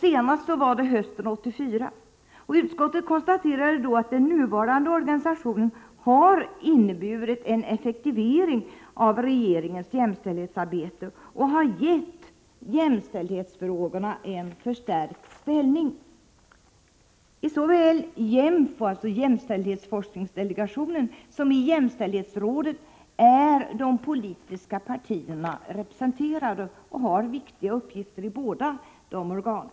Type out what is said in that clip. Senast skedde det hösten 1984. Utskottet konstaterade då att den nuvarande organisationen har inneburit en effektivering av regeringens jämställdhetsarbete och gett jämställdhetsfrågorna en förstärkt ställning. I såväl JÄMFO, jämställdhetsforskningsdelegationen, som jämställdhetsrådet är de politiska partierna representerade, och de har viktiga uppgifter i båda dessa organ.